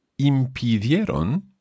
impidieron